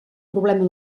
problema